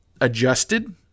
adjusted